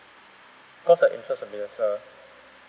cause the interest will be lesser